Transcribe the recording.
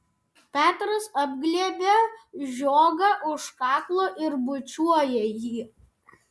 petras apglėbia žiogą už kaklo ir bučiuoja jį